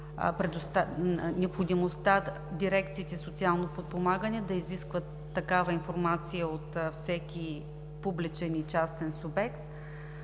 необходимостта дирекциите „Социално подпомагане“ да изискват такава информация от всеки публичен и частен субект.